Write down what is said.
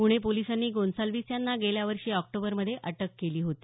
पुणे पोलिसांनी गोंसाल्विस यांना गेल्या वर्षी ऑक्टोबरमध्ये अटक केली होती